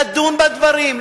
לדון בדברים,